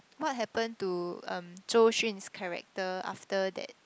what happen to um Zhou Xun's character after that